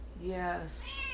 Yes